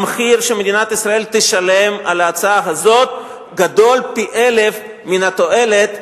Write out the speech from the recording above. המחיר שמדינת ישראל תשלם על ההצעה הזאת גדול פי-אלף מן התועלת,